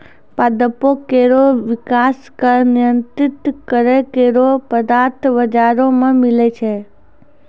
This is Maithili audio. पादपों केरो विकास क नियंत्रित करै केरो पदार्थ बाजारो म मिलै छै